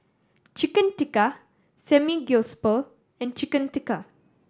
Chicken Tikka Samgyeopsal and Chicken Tikka